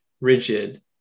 rigid